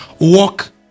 walk